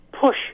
push